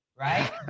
Right